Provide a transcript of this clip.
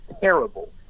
terrible